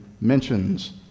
mentions